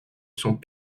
sont